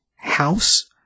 house